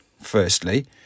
Firstly